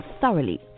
thoroughly